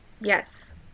yes